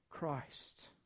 Christ